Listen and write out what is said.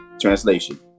translation